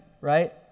right